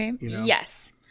Yes